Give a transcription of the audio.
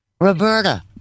Roberta